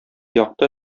якты